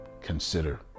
consider